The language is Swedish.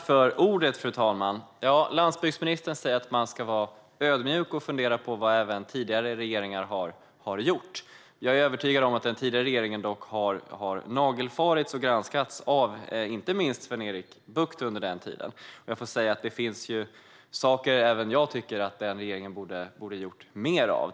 Fru talman! Landsbygdsministern säger att man ska vara ödmjuk och även fundera på vad tidigare regeringar har gjort. Jag är dock övertygad om att den tidigare regeringen har nagelfarits och granskats, inte minst av Sven-Erik Bucht. Det finns sådant som även jag tycker att den regeringen borde ha gjort mer av.